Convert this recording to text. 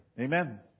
Amen